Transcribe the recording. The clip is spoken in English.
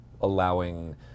allowing